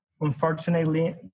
Unfortunately